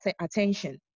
attention